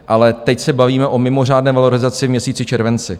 Ale teď se bavíme o mimořádné valorizaci v měsíci červenci.